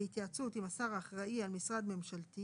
בהתייעצות עם השר האחראי על משרד ממשלתי